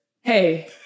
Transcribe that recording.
Hey